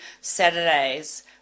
Saturdays